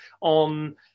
on